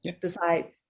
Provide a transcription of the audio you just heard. decide